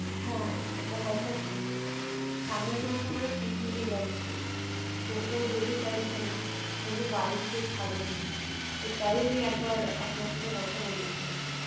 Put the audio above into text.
হ্যাঁ একটা কথা ছিল সামনের মাসে আমরা পিকনিকে যাচ্ছি তো ও যেতে চাইছে না বলছে বাড়ি থেকে ছাড়বে না তো তাই আমি একবার আপনার সাথে কথা বলতে চাইছি